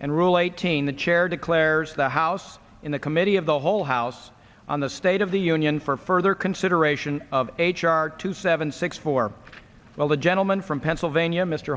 and rule eighteen the chair declares the house in the committee of the whole house on the state of the union for further consideration of h r two seven six four well the gentleman from pennsylvania mr